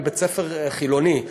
עם בית-ספר חילוני.